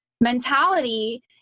mentality